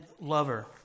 lover